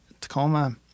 Tacoma